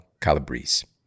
Calabrese